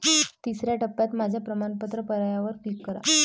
तिसर्या टप्प्यात माझ्या प्रमाणपत्र पर्यायावर क्लिक करा